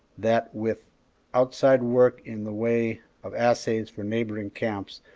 that, with outside work in the way of assays for neighboring camps,